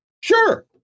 sure